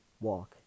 walk